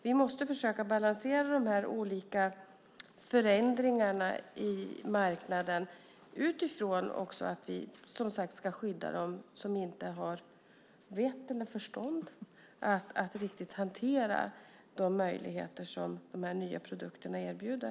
Vi måste försöka balansera de olika förändringarna i marknaden utifrån att vi ska skydda dem som inte har vett eller förstånd att hantera de möjligheter som de nya produkterna erbjuder.